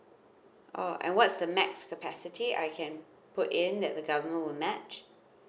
oh and what's the max capacity I can put in that the government will match